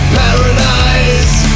paradise